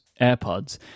AirPods